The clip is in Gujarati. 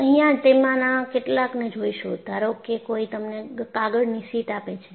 અહિયાં તેમાંના કેટલાકને જોઈશું ધારો કે કોઈ તમને કાગળની શીટ આપે છે